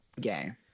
game